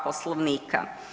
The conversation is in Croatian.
Poslovnika.